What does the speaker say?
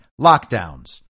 lockdowns